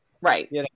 Right